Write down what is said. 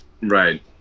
Right